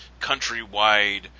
countrywide